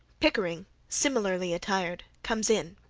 pickering, similarly attired, comes in.